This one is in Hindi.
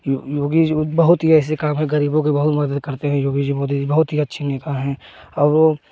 यो योगी जी बहुत ही ऐसे काम है गरीबों को मदद करते है योगी जी मोदी जी बहुत ही अच्छे नेता है और वह